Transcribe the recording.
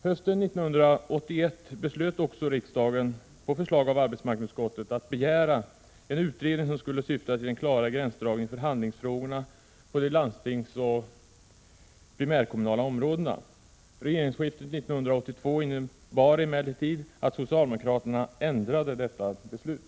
Hösten 1981 beslutade också riksdagen, på förslag av arbetsmarknadsutskottet, att begära en utredning som skulle syfta till en klarare gränsdragning i förhandlingsfrågorna på både de landstingsoch de primärkommunala områdena. Regeringsskiftet 1982 innebar emellertid att socialdemokraterna ändrade detta beslut.